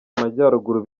amajyaruguru